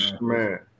Man